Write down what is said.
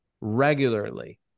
regularly